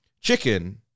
chicken